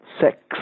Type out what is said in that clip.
Sex